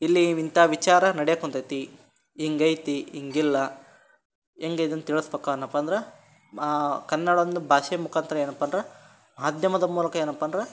ಇಲ್ಲಿ ಇಂಥ ವಿಚಾರ ನಡೆಯೋಕ್ ಕುಂತಿದೆ ಹೀಗಿದೆ ಹೀಗಿಲ್ಲ ಹೇಗೆ ಇದನ್ನು ತಿಳಿಸ್ಬೇಕು ಅನ್ನಪ್ಪ ಅಂದ್ರೆ ನಾವು ಕನ್ನಡವನ್ನು ಭಾಷೆ ಮುಖಾಂತ್ರ ಏನಪ್ಪ ಅಂದ್ರೆ ಮಾಧ್ಯಮದ ಮೂಲಕ ಏನಪ್ಪ ಅಂದ್ರೆ